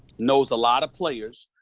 knows a lot of players,